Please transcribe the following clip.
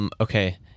Okay